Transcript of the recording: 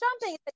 jumping